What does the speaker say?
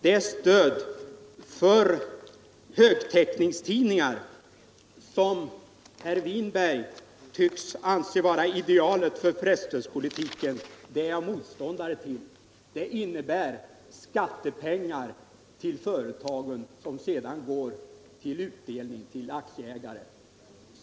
Det stöd för högtäckningstidningar som herr Winberg tycks anse vara idealet för presstödspolitiken är jag motståndare till, eftersom det innebär att företagen får skattepengar, som sedan utdelas till aktieägare.